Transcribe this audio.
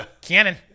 Cannon